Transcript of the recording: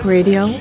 Radio